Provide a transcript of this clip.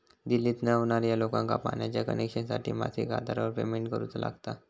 दिल्लीत रव्हणार्या लोकांका पाण्याच्या कनेक्शनसाठी मासिक आधारावर पेमेंट करुचा लागता